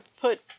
put